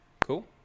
Cool